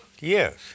yes